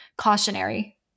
cautionary